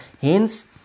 Hence